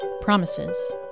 Promises